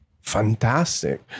fantastic